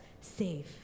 safe